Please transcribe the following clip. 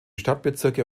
stadtbezirke